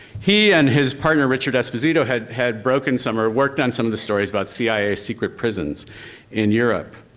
he and his partner richard esposito had had broken some or worked on some of the stories about cia's secret prisons in europe.